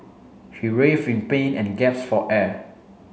he writhed in pain and gasped for air